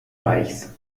reichs